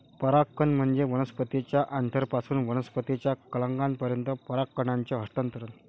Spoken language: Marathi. परागकण म्हणजे वनस्पतीच्या अँथरपासून वनस्पतीच्या कलंकापर्यंत परागकणांचे हस्तांतरण